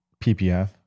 PPF